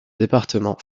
département